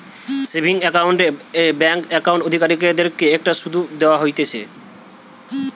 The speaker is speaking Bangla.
সেভিংস একাউন্ট এ ব্যাঙ্ক একাউন্ট অধিকারীদের কে একটা শুধ দেওয়া হতিছে